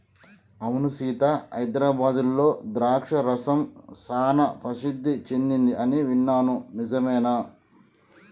అవును సీత హైదరాబాద్లో ద్రాక్ష రసం సానా ప్రసిద్ధి సెదింది అని విన్నాను నిజమేనా